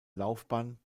laufbahn